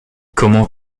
comment